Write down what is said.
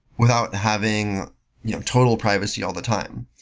without having you know total privacy all the time.